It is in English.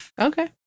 okay